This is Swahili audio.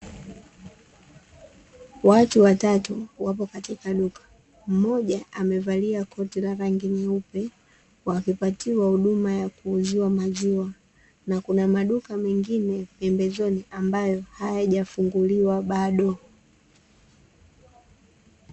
Watu watatu wapo katika duka mmoja amevalia koti la rangi nyeupe, Wakipatiwa huduma ya kuuziwa maziwa na kuna maduka mengine pembezoni ambayo hayaja funguliwa bado.